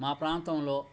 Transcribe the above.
మా ప్రాంతంలో